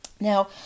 Now